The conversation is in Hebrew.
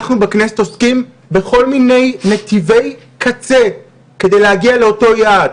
אנחנו בכנסת עוסקים בכל מיני נתיבי קצה כדי להגיע לאותו יעד.